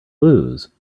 lose